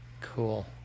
Cool